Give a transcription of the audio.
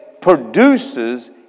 produces